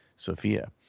Sophia